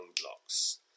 blocks